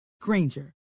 Granger